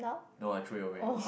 no I threw it away